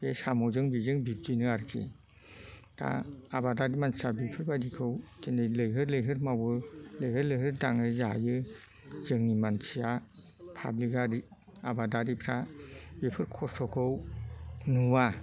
बे साम'जों बेजों बिब्दिनो आरोखि दा आबादारि मानसिया बेफोरबायदिखौ दिनै लैहोर लैहोर मावो लैहोर लैहोर दाङो जायो जोंनि मानसिया पाब्लिक आरि आबादारिफ्रा बेफोर खस्थ'खौ नुवा